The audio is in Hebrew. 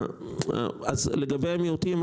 לגבי המיעוטים,